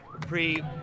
Pre